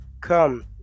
come